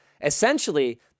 Essentially